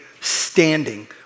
standing